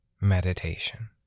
meditation